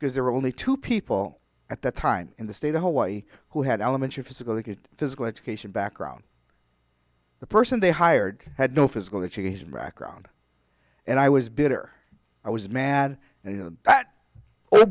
because there were only two people at that time in the state of hawaii who had elements of physically good physical education background the person they hired had no physical education background and i was bitter i was mad you know